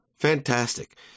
fantastic